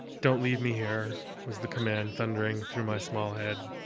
don't leave me here was the command thundering through my small head.